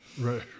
Right